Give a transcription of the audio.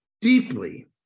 deeply